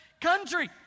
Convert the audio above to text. country